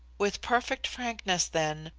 with perfect frankness, then,